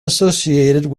associated